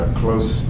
close